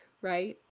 right